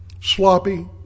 sloppy